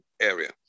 area